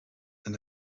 and